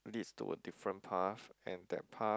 leads to a different path and that path